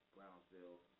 Brownsville